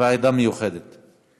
המיוחדת לפרשת